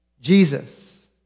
Jesus